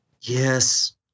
Yes